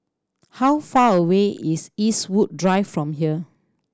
how far away is Eastwood Drive from here